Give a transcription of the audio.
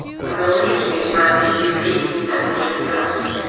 are there linkage needs around this gp that we should address?